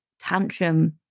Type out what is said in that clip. tantrum